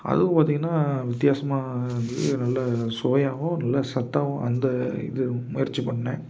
அதுவும் பார்த்திங்கன்னா வித்தியாசமாக இருந்தது இது நல்ல சுவையாகவும் நல்ல சத்தாகவும் அந்த இது முயற்சி பண்ணேன்